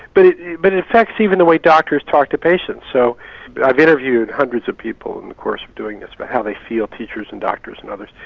but it but it affects even the way doctors talk to patients, so i've interviewed hundreds of people in the course of doing this, about but how they feel, teachers and doctors and others.